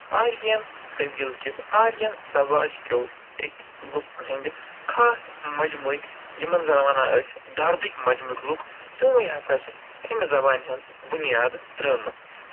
Aryan قبیٖل کِس آریَن سَماجکٮ۪و أکۍ لُکھ ہٕندۍ خاص مَجمٕکۍ یِمن زَن وَنان أسۍ دردٕکۍ مَجمٕکۍ لُکھ تِموٕے ہسا چھِ اَمہِ زَبانہِ ہِنٛز بُنیاد ترٛٲومٕژ